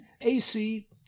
AC